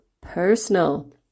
personal